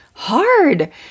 hard